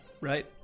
Right